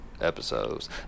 episodes